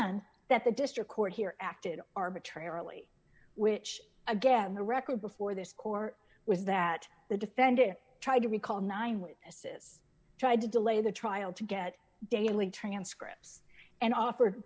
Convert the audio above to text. in that the district court here acted arbitrarily which again the record before this court was that the defendant tried to recall nine witnesses tried to delay the trial to get daily transcripts and offer